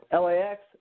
LAX